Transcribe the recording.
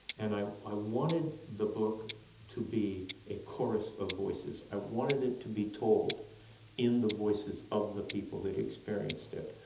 and i i wanted the book to be a chorus of voices. i wanted it to be told in the voices of the people that experienced it,